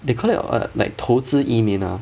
they call it what like 投资移民 ah